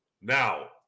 Now